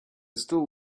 still